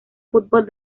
fútbol